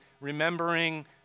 remembering